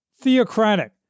theocratic